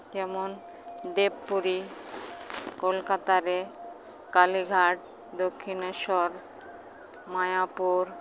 ᱡᱮᱢᱚᱱ ᱵᱮᱯ ᱯᱩᱨᱤ ᱠᱳᱞᱠᱟᱛᱟ ᱨᱮ ᱠᱟᱹᱞᱤᱜᱷᱟᱴ ᱫᱚᱠᱠᱷᱚᱤᱱᱮᱥᱥᱚᱨ ᱢᱟᱭᱟᱯᱩᱨ